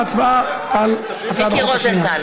ואז נעבור להצבעה על הצעת החוק השנייה.